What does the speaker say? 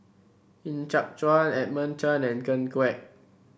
Ng Yat Chuan Edmund Chen and Ken Kwek